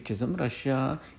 Russia